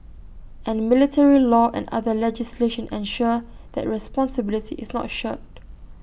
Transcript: and military law and other legislation ensure that responsibility is not shirked